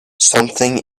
something